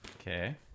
Okay